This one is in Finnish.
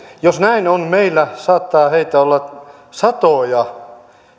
jos näin on meillä saattaa heitä olla satoja